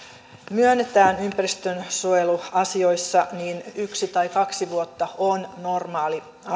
myönnetään ympäristönsuojeluasioissa niin yksi tai kaksi vuotta on normaali